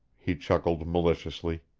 he chuckled maliciously.